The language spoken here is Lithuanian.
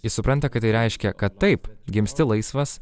jis supranta kad tai reiškia kad taip gimsti laisvas